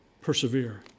persevere